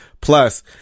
plus